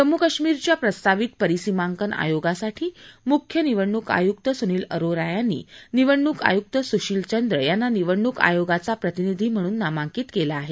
जम्मू कश्मीरच्या प्रस्तावित परिसीमांकन आयोगासाठी मुख्य निवडणूक आयुक्त सुनील अरोरा यांनी निवडणूक आयुक्त सुशील चंद्र यांना निवडणूक आयोगाचा प्रतिनिधी म्हणून नामांकित केलं आहे